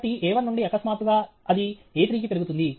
కాబట్టి A1 నుండి అకస్మాత్తుగా అది A3 కి పెరుగుతుంది